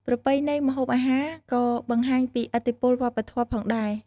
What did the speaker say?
ប្រពៃណីម្ហូបអាហារក៏បង្ហាញពីឥទ្ធិពលវប្បធម៌ផងដែរ។